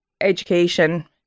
education